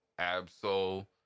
Absol